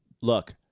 look